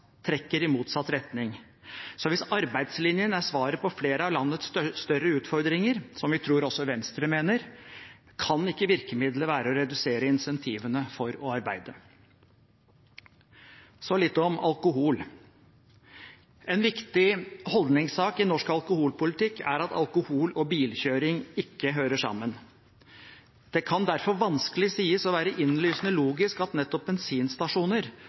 trekker i motsatt retning. Hvis arbeidslinjen er svaret på flere av landets større utfordringer, som vi tror også Venstre mener, kan ikke virkemiddelet være å redusere incentivene for å arbeide. Så litt om alkohol: En viktig holdningssak i norsk alkoholpolitikk er at alkohol og bilkjøring ikke hører sammen. Det kan derfor vanskelig sies å være innlysende logisk at nettopp bensinstasjoner,